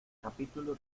capítulo